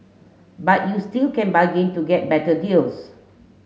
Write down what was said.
but you still can bargain to get better deals